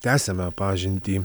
tęsiame pažintį